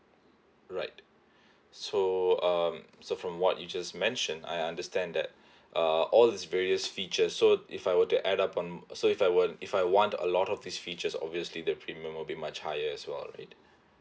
right so um so from what you just mentioned I understand that uh all these various features so if I were to add up on so if I were if I want a lot of this features obviously the premium will be much higher as well right